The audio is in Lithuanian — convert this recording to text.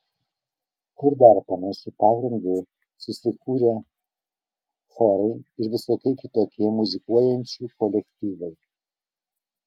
kur dar panašiu pagrindu susikūrę chorai ir visokie kitokie muzikuojančių kolektyvai